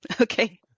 Okay